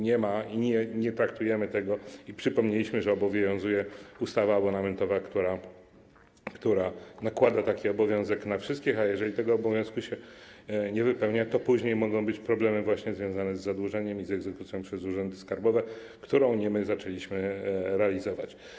Nie ma i nie traktujemy tego... przypomnieliśmy, że obowiązuje ustawa abonamentowa, która nakłada taki obowiązek na wszystkich, a jeżeli tego obowiązku się nie wypełnia, to później mogą być problemy właśnie związane z zadłużeniem i z egzekucją prowadzoną przez urzędy skarbowe, którą nie my zaczęliśmy realizować.